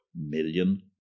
million